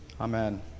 Amen